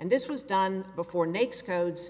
and this was done before next codes